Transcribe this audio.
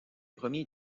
premiers